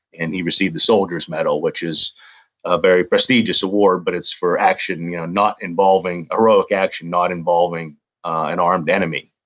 and he received the soldier's medal, which is a very prestigious award, but it's for action you know not involving, heroic action not involving an armed enemy,